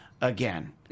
again